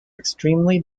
extremely